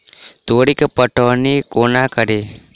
तोरी केँ पटौनी कोना कड़ी?